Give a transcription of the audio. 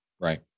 Right